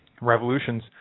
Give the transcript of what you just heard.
revolutions